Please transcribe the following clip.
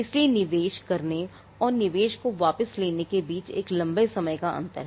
इसलिए निवेश करने और निवेश को वापस लेने के बीच एक लंबे समय का अंतर है